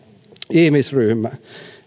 ihmisryhmää